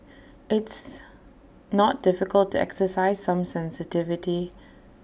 it's not difficult to exercise some sensitivity